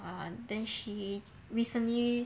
uh then she recently